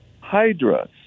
Hydra